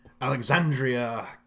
Alexandria